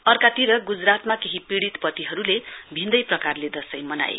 अर्कातिर गुजरातमा केही पीड़ित पतिहरुले भिन्दै प्रकारले दशैं मनाए